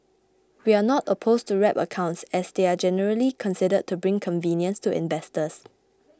we are not opposed to wrap accounts as they are generally considered to bring convenience to investors